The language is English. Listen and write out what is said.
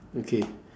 okay